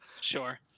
Sure